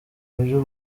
buryo